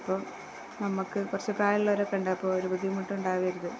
അപ്പോള് നമ്മള്ക്കു കുറച്ചു കായുള്ളവരൊക്കെ ഉണ്ട് അപ്പോള് ഒരു ബുദ്ധിമുട്ടുണ്ടാവരുത്